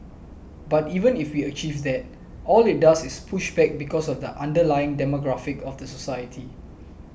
but even if we achieve that all it does is push back because of the underlying demographic of the society